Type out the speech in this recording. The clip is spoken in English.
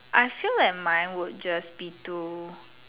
I feel that mine would just be do